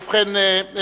ובכן, שר